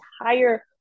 entire